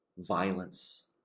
Violence